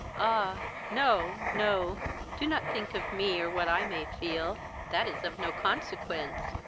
ah! no, no do not think of me, or what i may feel that is of no consequence,